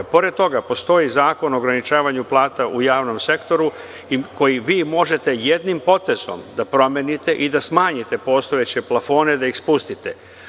Pored toga, postoji zakon o ograničavanju plata u javnom sektoru, koji vi možete jednim potezom da promenite i da smanjite postojeće plafone, da ih spustite.